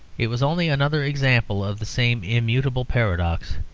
it was only another example of the same immutable paradox.